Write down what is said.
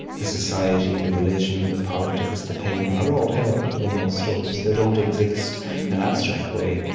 the society, the religion, the politics, the pain, are all held within those stories. they don't exist in abstract way.